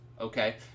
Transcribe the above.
okay